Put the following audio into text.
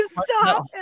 Stop